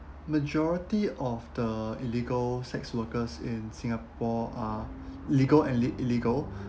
majority of the illegal sex workers in singapore are legal and le~ illegal